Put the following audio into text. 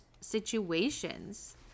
situations